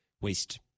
waste